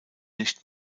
nicht